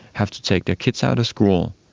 have to take their kids out of school?